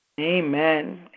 amen